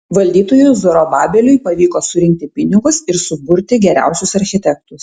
valdytojui zorobabeliui pavyko surinkti pinigus ir suburti geriausius architektus